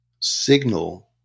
signal